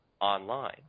online